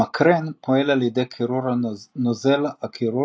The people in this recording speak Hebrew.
המקרן פועל על ידי קירור נוזל הקירור